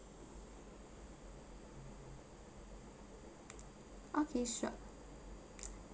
okay sure